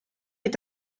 est